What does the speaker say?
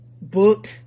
book